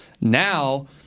Now